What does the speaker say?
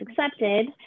accepted